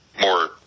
more